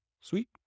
Sweet